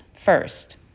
first